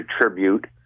tribute